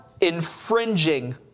infringing